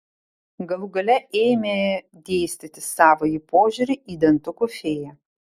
galų gale ėmė dėstyti savąjį požiūrį į dantukų fėją